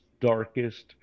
darkest